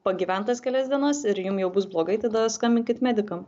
pagyvent tas kelias dienas ir jum jau bus blogai tada skambinkit medikam